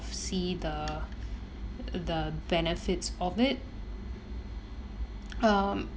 see the the benefits of it um